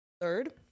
third